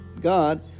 God